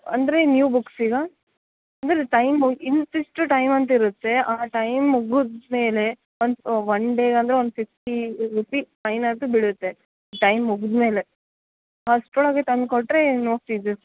ಅಂದರೆ ನ್ಯೂ ಬುಕ್ಸಿಗಾ ಅಂದರೆ ಟೈಮು ಇಂತಿಷ್ಟು ಟೈಮ್ ಅಂತ ಇರುತ್ತೆ ಆ ಟೈಮ್ ಮುಗುದ ಮೇಲೆ ಒಂದು ಒನ್ ಡೇಗೆ ಅಂದರೆ ಒಂದು ಫಿಫ್ಟಿ ರುಪಿ ಫೈನ್ ಆದರೂ ಬೀಳುತ್ತೆ ಟೈಮ್ ಮುಗುದ ಮೇಲೆ ಅಷ್ಟರೊಳಗೆ ತಂದು ಕೊಟ್ಟರೆ ನೋ ಫೀಸಸ್